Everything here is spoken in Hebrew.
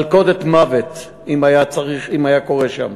מלכודת מוות, אם היה קורה שם.